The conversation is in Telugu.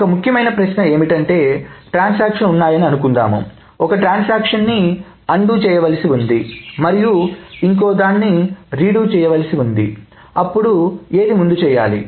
ఒక ముఖ్యమైన ప్రశ్న ఏమిటంటే ట్రాన్సాక్షన్లు ఉన్నాయని అనుకుందాం ఒక ట్రాన్సాక్షన్ని అన్డు చేయవలసి ఉంది మరియు ఇంకోదాన్ని రీడు చేయవలసి ఉంది అప్పుడు ఏది ముందు చేయాలి